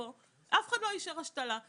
לא מזמן פנה אליי אבא לבחורה בת 24,